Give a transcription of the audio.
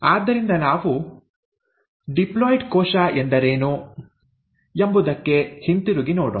ಆದ್ದರಿಂದ ನಾವು ಡಿಪ್ಲಾಯ್ಡ್ ಕೋಶ ಎಂದರೇನು ಎಂಬುದಕ್ಕೆ ಹಿಂತಿರುಗಿ ನೋಡೋಣ